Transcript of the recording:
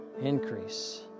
Increase